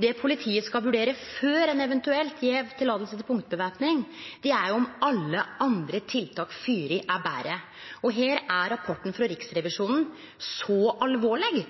Det politiet skal vurdere før ein eventuelt tillèt punktvæpning, er om alle andre tiltak er betre. Her er rapporten frå Riksrevisjonen så alvorleg